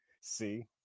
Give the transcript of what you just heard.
See